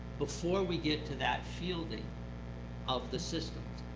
before we get to that fielding of the systems.